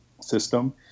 system